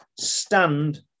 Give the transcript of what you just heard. stand